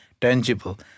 tangible